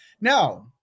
Now